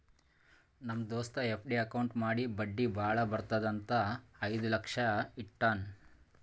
ನಮ್ ದೋಸ್ತ FD account ಮಾಡಿ ಬಡ್ಡಿ ಭಾಳ ಬರ್ತುದ್ ಅಂತ್ ಐಯ್ದ ಲಕ್ಷ ಇಟ್ಟಾನ್